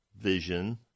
vision